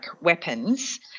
weapons